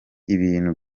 ibintu